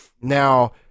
Now